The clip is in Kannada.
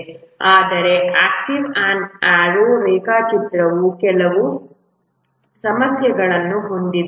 ಆದರೆ ಆಕ್ಟಿವಿಟಿ ಆನ್ ಆರೋ ರೇಖಾಚಿತ್ರವು ಕೆಲವು ಸಮಸ್ಯೆಗಳನ್ನು ಹೊಂದಿದೆ